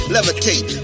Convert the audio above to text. Levitate